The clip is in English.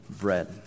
bread